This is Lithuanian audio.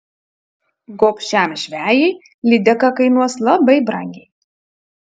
gobšiam žvejui lydeka kainuos labai brangiai